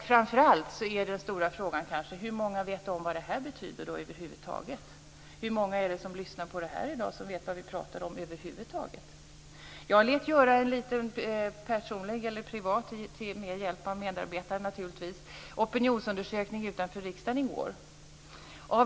Framför allt är kanske den stora frågan hur många som över huvud taget vet vad det här betyder. Hur många är det som lyssnar på det här i dag och som vet vad vi pratar om? Jag lät göra en liten privat opinionsundersökning utanför riksdagen i går med hjälp av mina medarbetare.